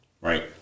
Right